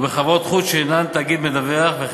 בחוק לקידום התחרות ולצמצום